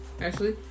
Ashley